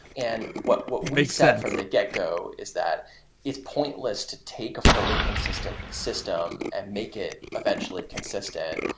and what what we've set from the get go is that it's pointless to take a fully consistent system and make it eventually consistent.